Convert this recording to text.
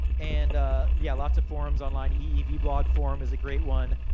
and yeah, lots of forums online. eevblog forum is a great one.